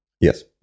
Yes